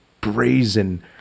brazen